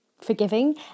forgiving